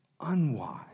unwise